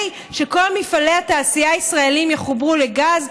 שכל מפעלי התעשייה הישראליים יחוברו לגז?